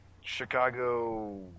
Chicago